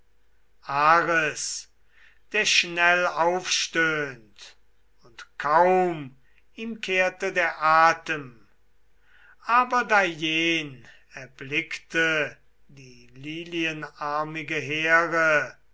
der schnell aufstöhnt und kaum ihm kehrte der atem aber da jen erblickte die lilienarmige here